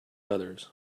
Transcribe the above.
others